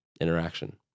interaction